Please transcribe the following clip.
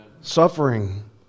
Suffering